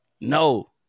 No